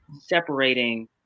separating